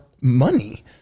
money